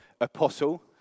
apostle